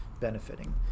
benefiting